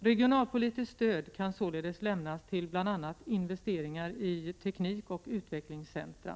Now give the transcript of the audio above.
Regionalpolitiskt stöd kan således lämnas till bl.a. investeringar i teknikoch utvecklingscentra.